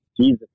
Jesus